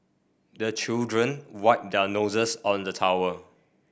the children wipe their noses on the towel